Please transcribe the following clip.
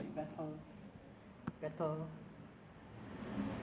humans no longer needed to work to survive what would you do